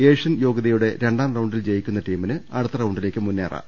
Asian യോഗ്യതയുടെ രണ്ടാം റൌണ്ടിൽ ജയിക്കുന്ന ടീമിന് അടുത്ത റൌണ്ടിലേക്ക് മുന്നേറാം